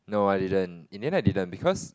no I didn't in the end I didn't because